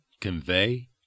convey